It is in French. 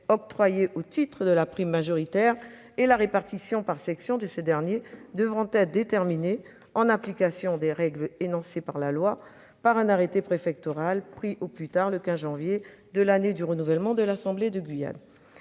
octroyés au titre de la prime majoritaire et la répartition par section de ces derniers devront être déterminés, en application des règles énoncées par la loi, par un arrêté préfectoral pris au plus tard le 15 janvier de l'année du renouvellement de l'assemblée de Guyane.